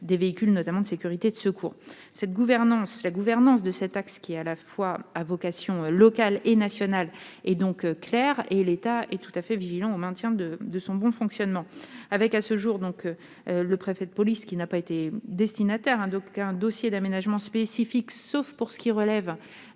des véhicules, notamment de sécurité et de secours. La gouvernance de cet axe, à vocation à la fois locale et nationale, est donc claire et l'État est tout à fait vigilant au maintien de son bon fonctionnement. À ce jour, le préfet de police n'a été destinataire d'aucun dossier d'aménagement spécifique, sauf pour ce qui relève